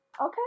Okay